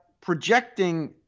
projecting